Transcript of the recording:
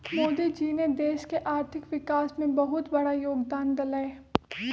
मोदी जी ने देश के आर्थिक विकास में बहुत बड़ा योगदान देलय